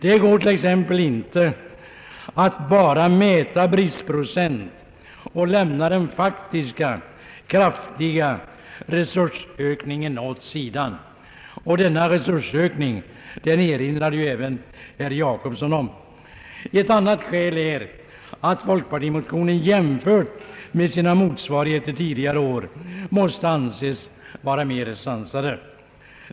Det går till exempel inte att bara mäta bristprocent och lämna den faktiska, kraftiga resursökningen åt sidan. Denna resursökning erinrade ju även herr Jacobsson om. Ett annat skäl är att folkpartimotionerna jämförda med sina motsvarigheter tidigare år, måste anses vara mera sansade.